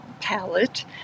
palette